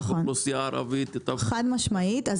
אוכלוסייה ערבית --- חד משמעית,